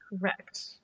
Correct